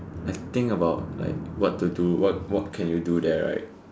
I think about like what to do what what can you do there right